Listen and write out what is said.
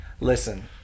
Listen